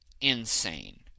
insane